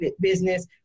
business